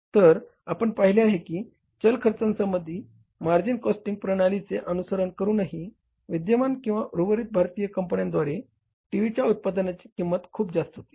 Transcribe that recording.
तर आपण पाहिले आहे की चल खर्चासंबंधी मार्जिनल कॉस्टिंग प्रणालीचे अनुसरण करूनही विद्यमान किंवा उर्वरित भारतीय कंपन्यांद्वारे टीव्हीच्या उत्पादनाची किंमत खूप जास्त होती